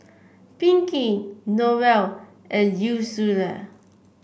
Pinkey Noelle and Ursula